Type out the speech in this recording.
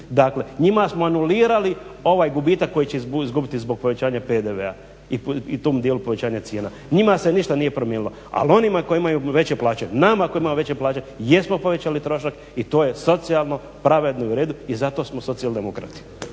Dakle, njima smo anulirali ovaj gubitak koji će izgubiti zbog povećanja PDV i tom dijelu povećanja cijena. Njima se ništa nije promijenilo. Ali onima koji imaju veće plaće, nama koji imamo veće plaće jesmo povećali trošak i to je socijalno, pravedno i u redu i zato smo socijaldemokrati.